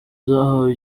zahawe